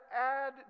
add